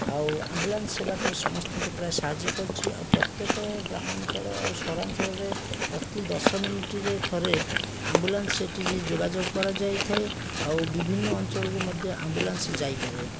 ଆଉ ଆମ୍ବୁଲାନ୍ସ ସେବାଟି ସମସ୍ତଙ୍କୁ ପ୍ରାୟ ସାହାଯ୍ୟ କରିଛି ଆଉ ପ୍ରତ୍ୟେକ ଗ୍ରାମାଞ୍ଚଳ ଆଉ ସହରାଞ୍ଚଳରେ ପ୍ରତି ଦଶ ମିନିଟ୍ ରେ ଥରେ ଆମ୍ବୁଲାନ୍ସ ସେଠି ଯୋଗା ଯୋଗ କରାଯାଇଥାଏ ଆଉ ବିଭିନ୍ନଅଞ୍ଚଳରୁ ମଧ୍ୟ ଆମ୍ବୁଲାନ୍ସ ଯାଇପାରେ